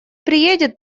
приедет